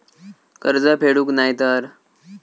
कर्ज फेडूक नाय तर?